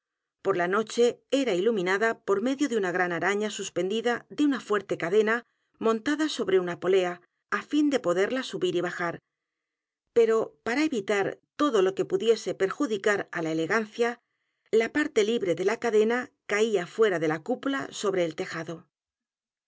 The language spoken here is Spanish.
r la noche era iluminada por medio de una g r a n araña suspendida de una fuerte cadena montada sobre u n a polea á fin de poderla subir y bajar pero para evitar todo lo que pudiese perjudicar á la elegancia la p a r t e libre de la cadena caía fuera de la ciípula sobre el tejado